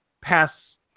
pass